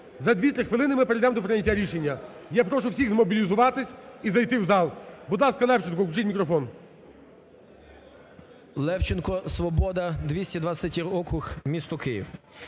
за дві-три хвилини ми перейдемо до прийняття рішення. Я прошу всіх змобілізуватись і зайти в зал. будь ласка, Левченко включіть мікрофон. 17:29:30 ЛЕВЧЕНКО Ю.В. Левченко, "Свобода", 223-й округ, місто Київ.